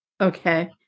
Okay